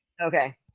Okay